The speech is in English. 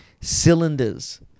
cylinders